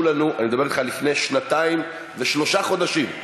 אני מדבר אתך על לפני שנתיים ושלושה חודשים.